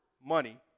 money